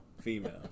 female